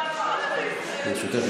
בבקשה.